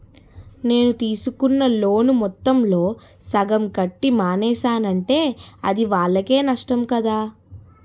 నేను తీసుకున్న లోను మొత్తంలో సగం కట్టి మానేసానంటే అది వాళ్ళకే నష్టం కదా